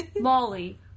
Molly